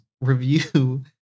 review